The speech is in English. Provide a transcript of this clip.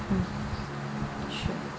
mm sure